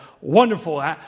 wonderful